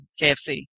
KFC